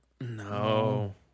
No